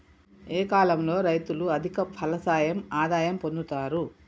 ఏ కాలం లో రైతులు అధిక ఫలసాయం ఆదాయం పొందుతరు?